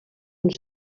uns